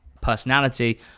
personality